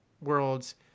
worlds